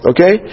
Okay